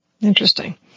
Interesting